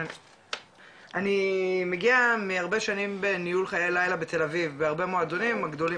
אני מגיע מהרבה שנים בניהול חיי לילה בתל אביב בהרבה מועדונים הגדולים